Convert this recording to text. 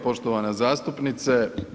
Poštovana zastupnice.